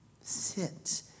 Sit